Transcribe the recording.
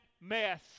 mess